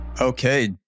Okay